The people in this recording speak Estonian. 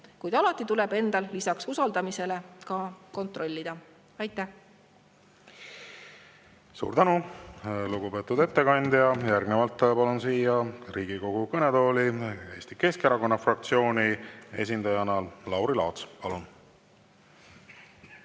kuid alati tuleb lisaks usaldamisele endal ka kontrollida. Aitäh! Suur tänu, lugupeetud ettekandja! Järgnevalt palun siia Riigikogu kõnetooli Eesti Keskerakonna fraktsiooni esindaja Lauri Laatsi. Palun!